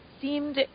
seemed